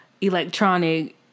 electronic